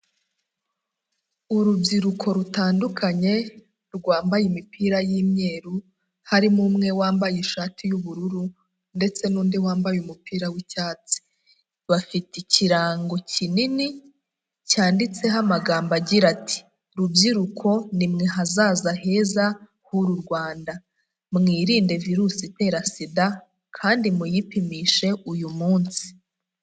Urubyiruko rutandukanye rwambaye imipira y'imyeru, harimo umwe wambaye ishati y'ubururu ndetse n'undi wambaye umupira w'icyatsi, bafite ikirango kinini cyanditseho amagambo agira ati "Rubyiruko nimwe hazaza heza h'uru Rwanda, mwirinde virusi itera SIDA kandi muyipimishe uyu munsi."